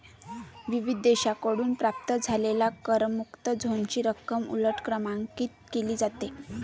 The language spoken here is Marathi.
विविध देशांकडून प्राप्त झालेल्या करमुक्त झोनची रक्कम उलट क्रमांकित केली जाते